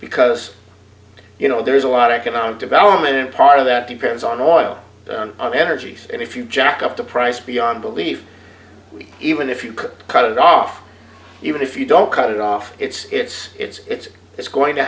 because you know there's a lot of economic development part of that depends on oil and energies and if you jack up the price beyond belief we even if you cut it off even if you don't cut it off it's it's it's it's it's going to